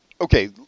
okay